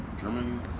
German